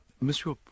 Monsieur